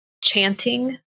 chanting